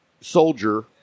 soldier